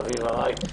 חביבה רייך,